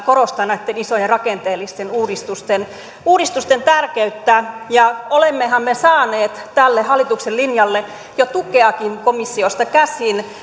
korostaa näitten isojen rakenteellisten uudistusten uudistusten tärkeyttä ja olemmehan me saaneet tälle hallituksen linjalle jo tukeakin komissiosta käsin